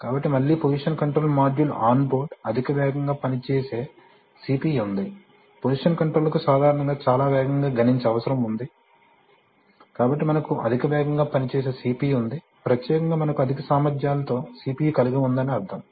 కాబట్టి మళ్ళీ position control module onboard అధిక వేగంగా పని చేసే సిపియు ఉంది పొజిషన్ కంట్రోల్ కు సాధారణంగా చాలా వేగంగా గణించే అవసరం ఉంది కాబట్టి మనకు అధిక వేగంగా పని చేసే సిపియు ఉంది ప్రత్యేకంగా మనకు అధిక సామర్థ్యాలతో సిపియు కలిగి ఉందని అర్థం